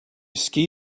ski